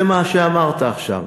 זה מה שאמרת עכשיו,